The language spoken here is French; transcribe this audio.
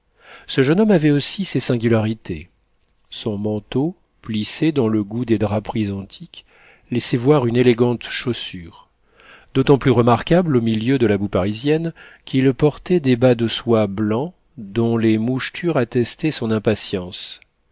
ce jeune homme avait aussi ses singularités son manteau plissé dans le goût des draperies antiques laissait voir une élégante chaussure d'autant plus remarquable au milieu de la boue parisienne qu'il portait des bas de soie blancs dont les mouchetures attestaient son impatience